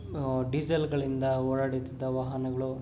ಡೀಸೆಲ್ಗಳಿಂದ ಓಡಾಡುತ್ತಿದ್ದ ವಾಹನಗಳು